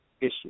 issue